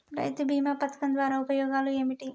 రైతు బీమా పథకం ద్వారా ఉపయోగాలు ఏమిటి?